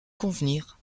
convenir